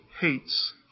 hates